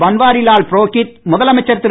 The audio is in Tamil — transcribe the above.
பன்வாரிலால் புரோகித் முதலமைச்சர் திரு